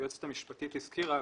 שהיועצת המשפטית הזכירה,